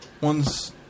ones